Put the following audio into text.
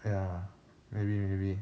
ya maybe maybe